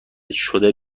شده